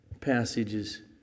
passages